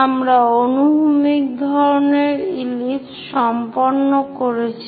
আমরা অনুভূমিক ধরনের ইলিপস সম্পন্ন করেছি